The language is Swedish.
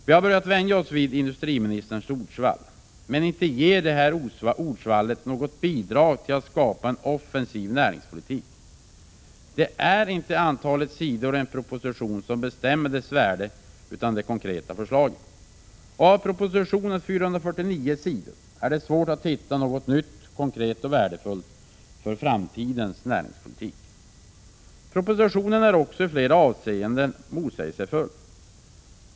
Vi har börjat vänja oss vid industriministerns ordsvall, men inte ger detta ordsvall något bidrag till att skapa en offensiv näringspolitik. Det är inte antalet sidor i en proposition som bestämmer dess värde utan de konkreta förslagen. Av propositionens 449 sidor är det svårt att hitta något nytt, konkret och värdefullt för framtidens näringspolitik. Propositionen är också i flera avseenden motsägelsefull.